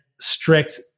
strict